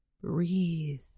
breathe